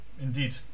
Indeed